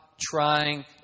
trying